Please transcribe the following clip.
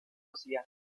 hacía